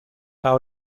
how